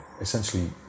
essentially